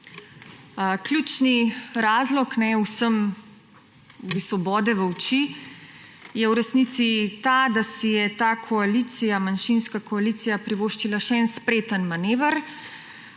Ključni razlog, vsem v bistvu bode v oči, je v resnici ta, da si je ta koalicija, manjšinska koalicija, privoščila še en spreten manever,